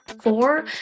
four